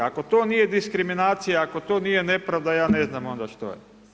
Ako to nije diskriminacija, ako to nije nepravda, ja ne znam onda što je.